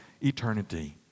eternity